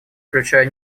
включая